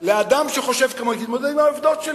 לאדם שחושב, תתמודד עם העובדות שלי.